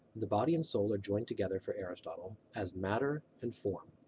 the body and soul are joined together for aristotle as matter and form.